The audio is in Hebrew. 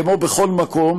כמו בכל מקום,